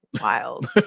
wild